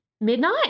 Midnight